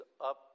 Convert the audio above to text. up